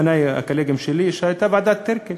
הקולגות שלי הזכירו שהייתה ועדת טירקל